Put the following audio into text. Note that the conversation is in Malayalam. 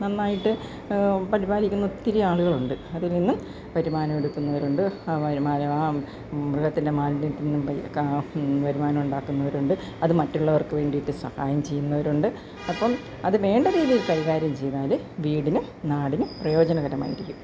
നന്നായിട്ട് പരിപാലിക്കുന്ന ഒത്തിരി ആളുകളുണ്ട് അതിൽ നിന്നും വരുമാനം എടുക്കുന്നവരുണ്ട് ആ വരുമാന ആ മൃഗത്തിൻ്റെ മാലിന്യം വരുമാനം ഉണ്ടാക്കുന്നവരുണ്ട് അത് മറ്റുള്ളവർക്ക് വേണ്ടിയിട്ട് സഹായം ചെയ്യുന്നവരുണ്ട് അപ്പം അത് വേണ്ട രീതിയിൽ കൈകാര്യം ചെയ്താല് വീടിനും നാടിനും പ്രയോജനകരമായിരിക്കും